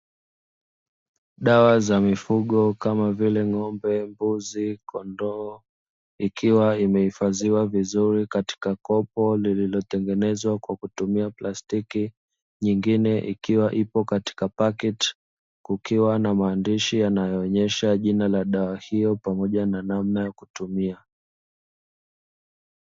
Dawa za mifugo kama vile: ng'ombe, mbuzi, kondoo, ikiwa imehifadhiwa vizuri katika kopo lililotengenezwa kwa kutumia plastiki, nyingine ikiwa ipo katika pakiti kukiwa na maandishi yanayoonyesha jina la dawa hiyo pamoja na namna ya kutumia.